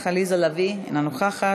עליזה לביא, אינה נוכחת.